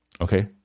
Okay